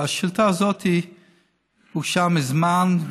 השאילתה הזאת הוגשה מזמן,